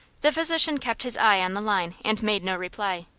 the physician kept his eye on the line and made no reply.